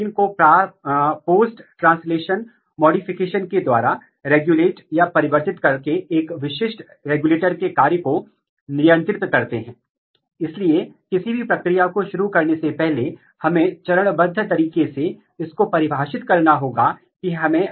इसलिए यहां बहुत से ट्रांसक्रिप्शन कारक है बहुत अच्छे विकासात्मक रेगुलेटर है जो कि सीधे तौर पर इंटरेक्ट करते हैं जैसे कि प्रोटीन प्रोटीन इंटरेक्शन और वे उच्च स्तर के कॉन्प्लेक्स बना सकते हैं और वास्तव में यह कॉन्प्लेक्स प्रक्रिया को रेगुलेट कर रहा है